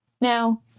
Now